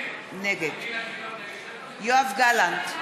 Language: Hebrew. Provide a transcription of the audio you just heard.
נגד יואב גלנט,